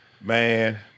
Man